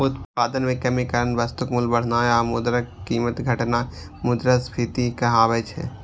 उत्पादन मे कमीक कारण वस्तुक मूल्य बढ़नाय आ मुद्राक कीमत घटनाय मुद्रास्फीति कहाबै छै